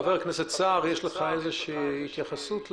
חבר הכנסת סער, יש לך איזושהי התייחסות לעניין?